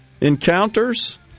encounters